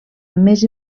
més